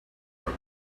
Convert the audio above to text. for